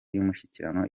y’umushyikirano